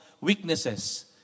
weaknesses